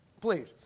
please